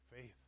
faith